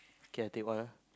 okay I take one ah